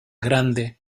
grande